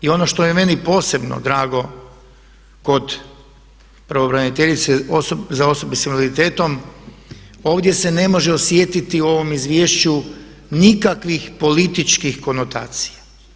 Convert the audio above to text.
I ono što je meni posebno drago kod pravobraniteljice sa osobe s invaliditetom ovdje se ne može osjetiti u ovom izvješću nikakvih političkih konotacija.